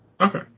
Okay